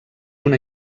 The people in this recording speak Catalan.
una